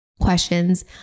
questions